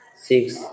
six